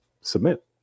submit